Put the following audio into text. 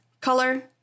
color